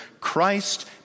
Christ